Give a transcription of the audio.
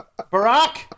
barack